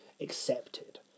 accepted